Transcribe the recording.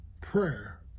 prayer